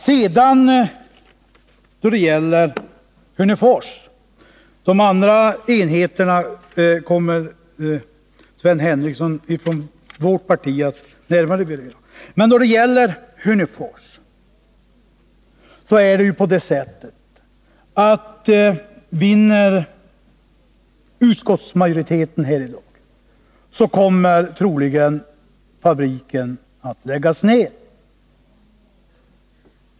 Jag vill säga några ord om Hörnefors — de andra enheterna kommer Sven Henricsson från vårt parti att närmare beröra. Om utskottsmajoritetens förslag beträffande Hörnefors vinner i dag, kommer troligen fabriken att läggas ned.